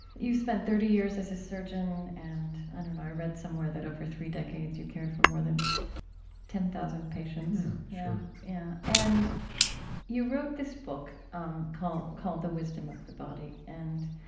you spent thirty years as a surgeon and i don't know, i read somewhere that over three decades you cared for more than ten thousand patients yeah, and you wrote this book um called called the wisdom of the body. and